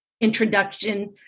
introduction